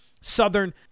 Southern